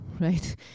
right